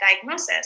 diagnosis